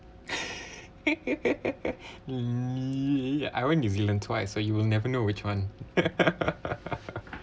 me I went new zealand twice so you will never know which one